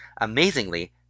Amazingly